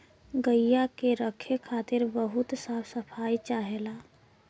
गइया के रखे खातिर बहुत साफ सफाई चाहेला